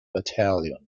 battalion